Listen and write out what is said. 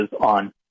on